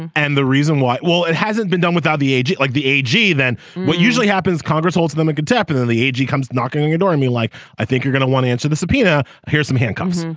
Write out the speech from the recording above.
and and the reason why well it hasn't been done without the agent like the a g. then what usually happens congress holds them a good and then the a g. comes knocking on your door and you like i think you're gonna want answer the subpoena. here's some handcuffs.